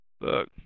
look